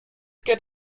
get